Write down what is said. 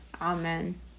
Amen